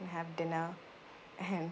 and have dinner and